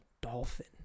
Dolphin